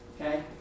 Okay